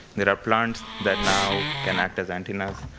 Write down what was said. there are plants that now can act as antennas,